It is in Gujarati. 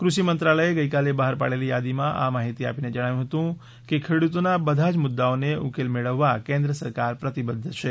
ક્રષિ મંત્રાલયે ગઇકાલે બહાર પાડેલી યાદીમાં આ માહિતી આપીને જણાવ્યું છે કે ખેડૂતોના બધા જ મુદ્દાઓને ઉકેલ મેળવવા કેન્દ્ર સરકાર પ્રતિબદ્ધ છે